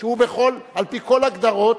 שהוא על-פי כל הגדרות,